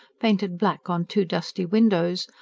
painted black on two dusty windows,